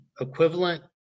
equivalent